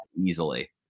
easily